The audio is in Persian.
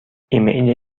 ایمیل